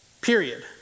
period